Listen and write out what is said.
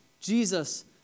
Jesus